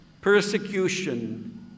persecution